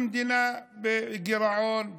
המדינה בגירעון,